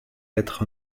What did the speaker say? être